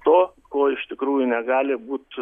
to ko iš tikrųjų negali būt